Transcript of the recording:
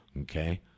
okay